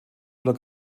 oder